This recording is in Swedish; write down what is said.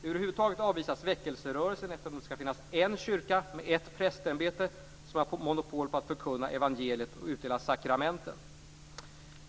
Över huvud taget avvisas väckelserörelsen eftersom det skall finnas en kyrka med ett prästämbete som har monopol på att förkunna evangeliet och utdela sakramenten.